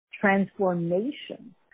transformation